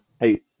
Hey